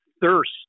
thirst